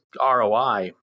ROI